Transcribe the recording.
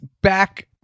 Back